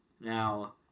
Now